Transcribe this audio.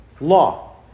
law